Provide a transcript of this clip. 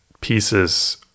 pieces